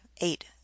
eight